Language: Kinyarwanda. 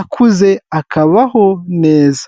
akuze akabaho neza.